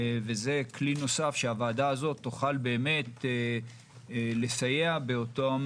זה כלי נוסף שהוועדה הזאת תוכל באמת לסייע באותם